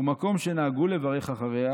ומקום שנהגו לברך אחריה"